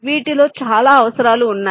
వీటితో చాలా అవసరాలు ఉన్నాయి